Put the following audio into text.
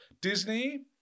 Disney